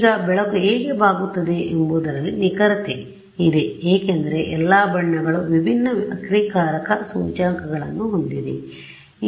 ಈಗ ಬೆಳಕು ಏಕೆ ಬಾಗುತ್ತದೆ ಎಂಬುದರಲ್ಲಿ ನಿಖರತೆ ಇದೆ ಏಕೆಂದರೆ ಎಲ್ಲಾ ಬಣ್ಣಗಳು ವಿಭಿನ್ನ ವಕ್ರೀಕಾರಕ ಸೂಚ್ಯಂಕಗಳನ್ನು ಹೊಂದಿದೆ